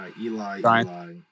Eli